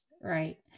Right